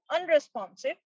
unresponsive